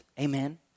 Amen